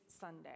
Sunday